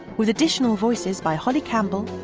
with additional voices by holly campbell,